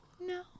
No